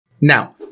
Now